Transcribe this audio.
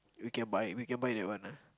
we can buy we can buy that one ah